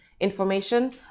Information